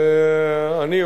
אני,